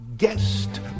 guest